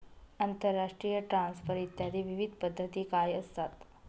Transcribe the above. आंतरराष्ट्रीय ट्रान्सफर इत्यादी विविध पद्धती काय असतात?